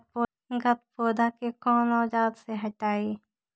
गत्पोदा के कौन औजार से हटायी?